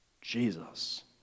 Jesus